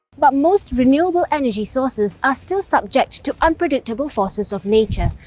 but most renewable energy sources are still subject to unpredictable forces of nature.